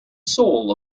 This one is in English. soul